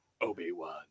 Obi-Wan